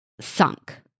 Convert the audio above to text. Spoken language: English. sunk